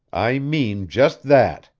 i mean just that,